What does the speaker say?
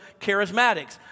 charismatics